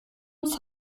uns